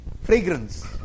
fragrance